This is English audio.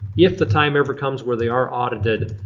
if the time ever comes where they are audited,